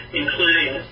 including